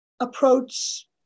approach